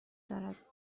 دارد